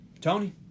Tony